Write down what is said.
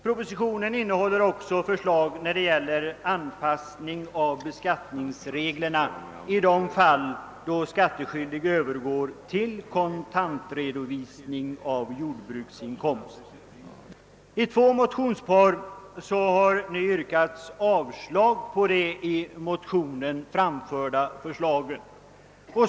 Likaså innehåller propositionen förslag när det gäller anpassning av beskattningsreglerna i de fall då skattskyldig övergär till kontantredovisning av jordbruksinkomst I två motionspar har sedan yrkats avslag på propositionens förslag.